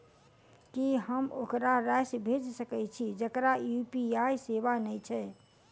की हम ओकरा राशि भेजि सकै छी जकरा यु.पी.आई सेवा नै छै?